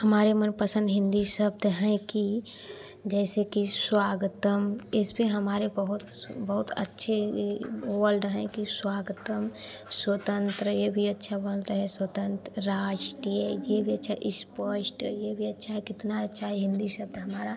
हमारे मनपसंद हिंदी शब्द है कि जैसे कि स्वागतम् इस पर हमारे बहुत बहुत अच्छे ही वल्ड है कि स्वागतम् स्वतंत्र यह भी अच्छा बनता है स्वतंत्र राष्टीय यह भी अच्छा स्पष्ट यह भी अच्छा कितना अच्छा है हिंदी शब्द हमारा